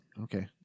Okay